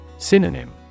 Synonym